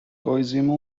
koizumi